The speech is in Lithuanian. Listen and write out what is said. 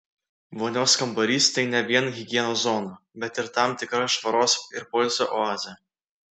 vonios kambarys tai ne vien higienos zona bet ir tam tikra švaros ir poilsio oazė